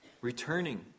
returning